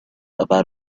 about